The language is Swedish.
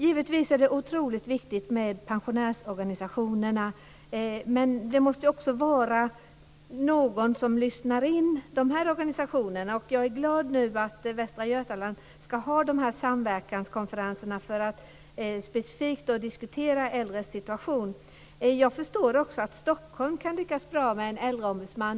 Givetvis är det otroligt viktigt med pensionärsorganisationerna men det måste ju också finnas någon som lyssnar in de organisationerna. Jag är glad över att Västra Götaland ska ha samverkanskonferenser för att specifikt diskutera de äldres situation. Jag förstår att Stockholm, med sin storlek, kan lyckas bra med en äldreombudsman.